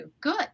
Good